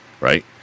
right